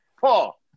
Paul